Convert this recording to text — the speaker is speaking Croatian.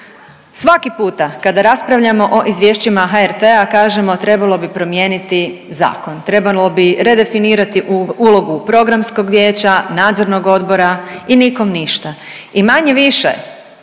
Svaki puta kada raspravljamo o izvješćima HRT-a kažemo trebalo bi promijeniti zakon, trebalo bi redefinirati ulogu programskog vijeća, nadzornog odbora i nikom ništa. I manje-više